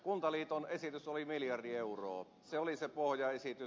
kuntaliiton esitys oli miljardi euroa se oli se pohjaesitys